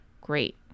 great